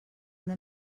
una